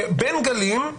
שבין גלים,